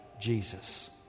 Jesus